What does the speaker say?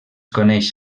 coneix